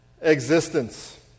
existence